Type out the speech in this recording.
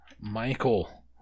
michael